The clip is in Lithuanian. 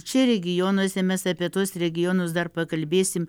čia regionuose mes apie tuos regionus dar pakalbėsim